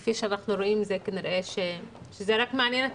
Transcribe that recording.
כפי שאנחנו רואים כנראה שזה מעניין רק